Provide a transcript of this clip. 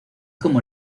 como